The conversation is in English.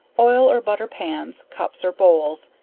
oil or butter pans, cups, or bowls,